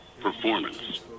performance